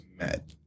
met